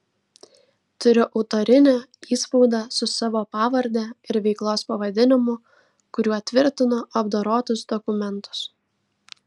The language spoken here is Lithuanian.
turiu autorinį įspaudą su savo pavarde ir veiklos pavadinimu kuriuo tvirtinu apdorotus dokumentus